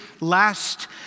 last